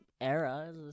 era